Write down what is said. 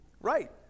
Right